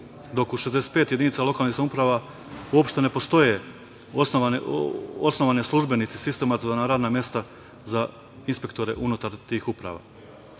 dok u 65 jedinica lokalnih samouprava uopšte ne postoje osnovane službenici sistematizovana radna mesta za inspektore unutar tih uprava. Poseban